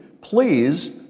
please